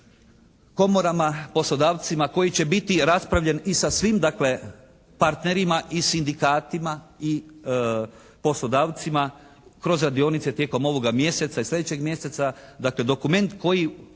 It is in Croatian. komorama, poslodavcima koji će biti raspravljen i sa svim dakle partnerima i sindikatima i poslodavcima kroz radionice tijekom ovoga mjeseca i sljedećeg mjeseca. Dakle dokument koji